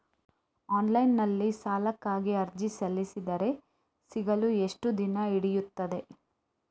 Online ನಲ್ಲಿ ಸಾಲಕ್ಕಾಗಿ ಅರ್ಜಿ ಸಲ್ಲಿಸಿದರೆ ಸಿಗಲು ಎಷ್ಟು ದಿನ ಹಿಡಿಯುತ್ತದೆ?